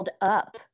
up